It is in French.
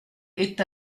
est